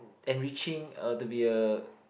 enriching uh to be a